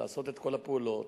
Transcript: לעשות את כל הפעולות